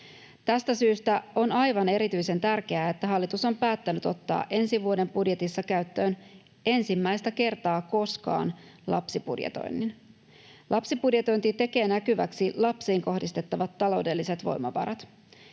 Tästä syystä on aivan erityisen tärkeää, että hallitus on päättänyt ottaa ensi vuoden budjetissa käyttöön — ensimmäistä kertaa koskaan — lapsibudjetoinnin. Lapsibudjetointi tekee näkyväksi lapsiin kohdistettavat taloudelliset voimavarat.